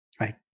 Right